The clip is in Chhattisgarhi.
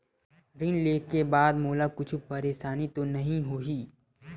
ऋण लेके बाद मोला कुछु परेशानी तो नहीं होही?